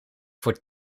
voor